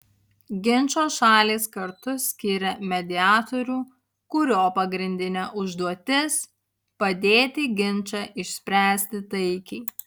ginčo šalys kartu skiria mediatorių kurio pagrindinė užduotis padėti ginčą išspręsti taikiai